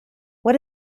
what